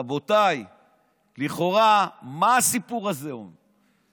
רבותיי, לכאורה, מה הסיפור הזה אומר?